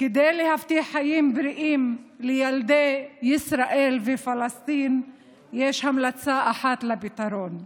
כדי להבטיח חיים בריאים לילדי ישראל ופלסטין יש המלצה אחת לפתרון: